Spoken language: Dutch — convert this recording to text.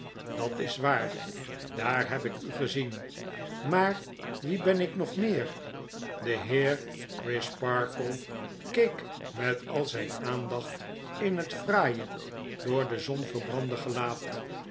dat is waar daar heb ik u gezien maar wie ben ik nog meer de heer crisparkle keek met al zgn aandacht in het fraaie door de zon verbrande gelaat